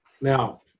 Now